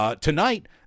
Tonight